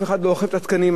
אף אחד לא אוכף את התקנים,